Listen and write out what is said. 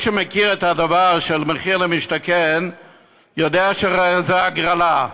מי שמכיר את הדבר של מחיר למשתכן יודע שזאת הגרלה.